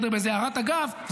באיזו הערת אגב,